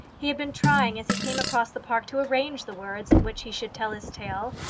he had been trying as he came across the park to arrange the words in which he should tell his tale,